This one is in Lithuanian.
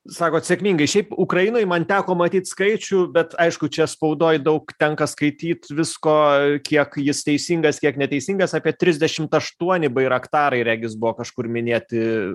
sakot sėkmingai šiaip ukrainoj man teko matyt skaičių bet aišku čia spaudoj daug tenka skaityt visko kiek jis teisingas kiek neteisingas apie trisdešimt aštuoni bairaktarai regis buvo kažkur minėti